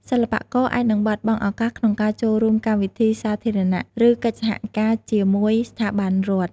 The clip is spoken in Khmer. សិល្បករអាចនឹងបាត់បង់ឱកាសក្នុងការចូលរួមកម្មវិធីសាធារណៈ ឬកិច្ចសហការជាមួយស្ថាប័នរដ្ឋ។